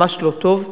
ממש לא טוב.